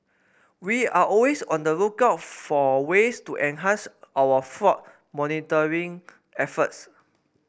we are always on the lookout for ways to enhance our flood monitoring efforts